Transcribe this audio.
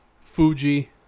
Fuji